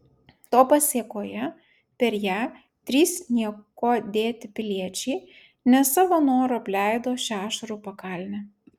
to pasėkoje per ją trys nieko dėti piliečiai ne savo noru apleido šią ašarų pakalnę